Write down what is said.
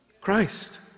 Christ